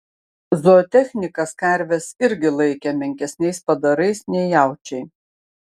zootechnikas karves irgi laikė menkesniais padarais nei jaučiai